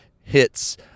Hits